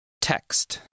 Text